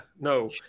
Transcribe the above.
No